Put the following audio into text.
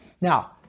Now